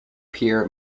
peer